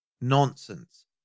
Nonsense